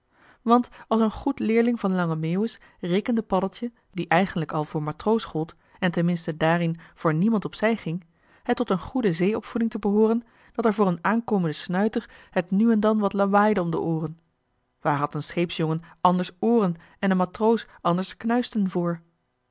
want als een goed leerling van lange meeuwis rekende paddeltje die eigenlijk al voor matroos gold en ten minste daarin voor niemand op zij ging het tot een goede zee opvoeding te behooren dat er voor een aankomenden snuiter het nu en dan wat lawaaide om de ooren waar had een scheepsjongen anders ooren en een matroos anders knuisten voor